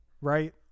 Right